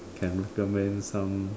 can recommend some